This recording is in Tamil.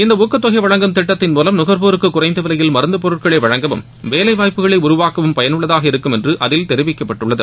இந்த ஊக்கத்தொகை வழங்கும் திட்டத்தின் மூலம் நுகர்வோருக்கு குறைந்த விலையில் மருந்து பொருள்களை வழங்கவும் வேலை வாய்ப்புக்களை உருவாக்கவும் பயனுள்ளதாக இருக்கும் என்று அதில் தெரிவிக்கப்பட்டுள்ளது